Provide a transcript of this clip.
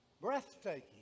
Breathtaking